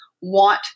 want